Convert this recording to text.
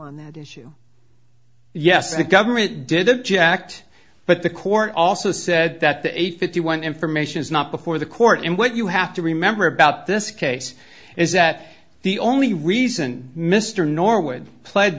on that issue yes the government did object but the court also said that the eight fifty one information is not before the court and what you have to remember about this case is that the only reason mr norwood pled